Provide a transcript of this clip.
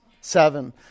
seven